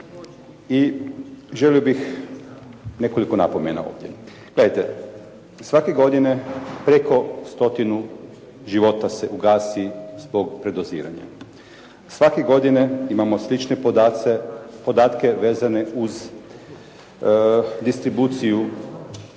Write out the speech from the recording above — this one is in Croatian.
i želio bih nekoliko napomena ovdje. Gledajte, svake godine preko stotinu života se ugasi zbog predoziranja. Svake godine imamo slične podatke vezane uz distribuciju